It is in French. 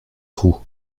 roues